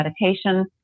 meditation